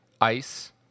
ice